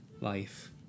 life